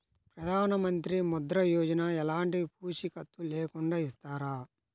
ప్రధానమంత్రి ముద్ర యోజన ఎలాంటి పూసికత్తు లేకుండా ఇస్తారా?